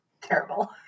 terrible